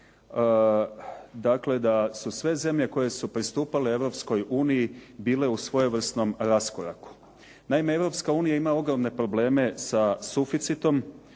dakle, da su sve zemlje koje su pristupale Europskoj uniji bile u svojevrsnom raskoraku. Naime, Europska unija ima ogromne probleme sa suficitom